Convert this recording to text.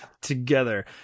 together